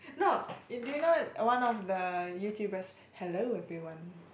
no do you know one of the YouTubers hello everyone